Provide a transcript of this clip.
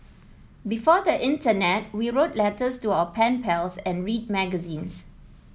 before the internet we wrote letters to our pen pals and read magazines